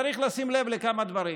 צריך לשים לב לכמה דברים: